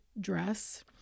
dress